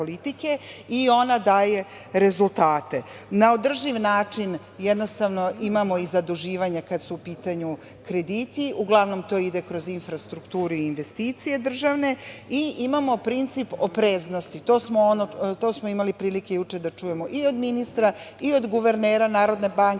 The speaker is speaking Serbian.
i ona daje rezultate. Na održiv način imamo i zaduživanja kada su u pitanju krediti, uglavnom to ide kroz infrastrukturu i investicije državne i imamo princip opreznosti. To smo imali prilike juče da čujemo i od ministra i od guvernera Narodne banke